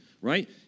right